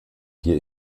hier